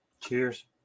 Cheers